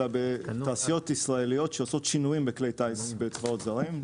אלא בתעשיות ישראליות שעושות שינויים בכלי טיס בצבאות זרים.